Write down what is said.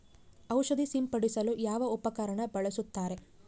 ಔಷಧಿ ಸಿಂಪಡಿಸಲು ಯಾವ ಉಪಕರಣ ಬಳಸುತ್ತಾರೆ?